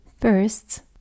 first